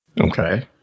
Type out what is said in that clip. Okay